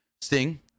Sting